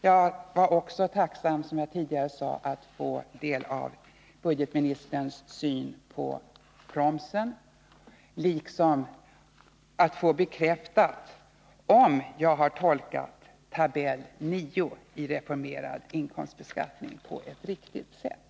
Jag vore också tacksam, som jag tidigare sade, att få veta vilken syn budgetministern har på promsen. Jag skulle även vilja få bekräftat om jag har tolkat tab. 9 i Reformerad inkomstbeskattning på ett riktigt sätt.